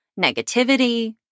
negativity